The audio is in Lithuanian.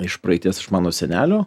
iš praeities iš mano senelio